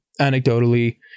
Anecdotally